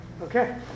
okay